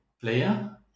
player